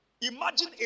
Imagine